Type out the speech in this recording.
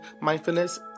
mindfulness